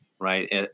Right